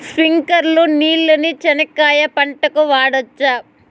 స్ప్రింక్లర్లు నీళ్ళని చెనక్కాయ పంట కు వాడవచ్చా?